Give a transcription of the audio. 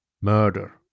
murder